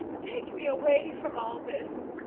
take me away from all this,